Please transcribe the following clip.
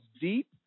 deep